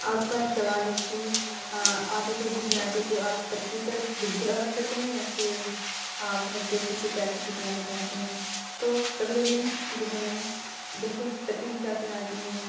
آپ کا سوال ہے کہ آپ کو کوئی ڈش بناتی ہو تو آپ ترکیب پر بالکل عمل کرتے ہیں یا پھر آپ مطلب دوسروں کے ذائقے کی بنا پر بناتی ہیں تو کبھی کبھی جو ہے میں بالکل ترکیبی حساب سے بناتی ہوں